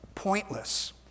Pointless